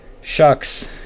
shucks